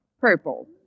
purple